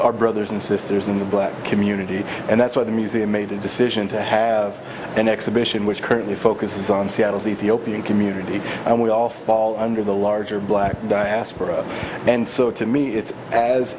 our brothers and sisters in the black community and that's why the museum made the decision to have an exhibition which currently focus on seattle see the opening community and we all fall under the larger black diaspora and so to me it's as